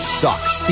sucks